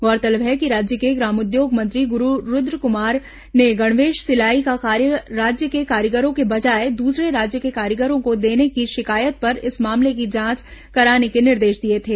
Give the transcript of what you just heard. गौरतलब है कि राज्य के ग्रामोद्योग मंत्री गुरू रूद्रकुमार ने गणवेश सिलाई का कार्य राज्य के कारीगरों के बजाय दूसरे राज्यों के कारीगरों को देने की शिकायत पर इस मामले की जांच कराने के निर्देश दिए थे